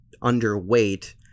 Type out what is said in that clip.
underweight